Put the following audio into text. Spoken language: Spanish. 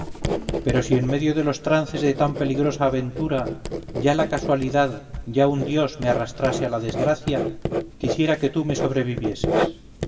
pero si en medio de los trances de tan peligrosa aventura ya la casualidad ya un dios me arrastrase a la desgracia quisiera que tú me sobrevivieses